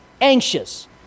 anxious